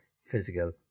physical